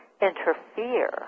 interfere